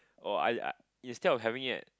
oh I I instead of having it at